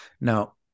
Now